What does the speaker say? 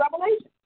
revelation